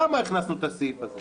למה הכנסנו את הסעיף הזה?